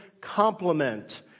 Complement